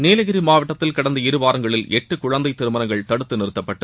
நீலகிரி மாவட்டத்தில் கடந்த இரு வாரங்களில் எட்டு குழந்தை திருமணங்கள் தடுத்து நிறுத்தப்பட்டு